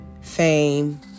fame